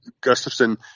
Gustafson